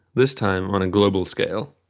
this time on a global scale,